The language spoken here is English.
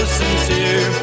sincere